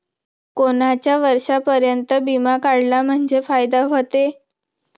कोनच्या वर्षापर्यंत बिमा काढला म्हंजे फायदा व्हते?